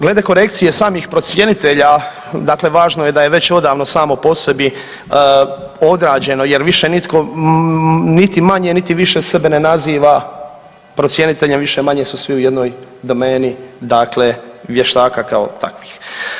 Glede korekcije samih procjenitelja, dakle važno je da je već odavno samo po sebi odrađeno jer više nitko niti manje, niti više sebe ne naziva procjeniteljem, više-manje su svi u jednoj domeni dakle vještaka takvih.